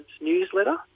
newsletter